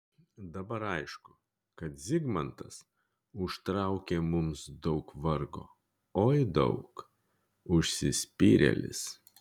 dabar aišku kad zigmantas užtraukė mums daug vargo oi daug užsispyrėlis